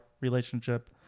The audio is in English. relationship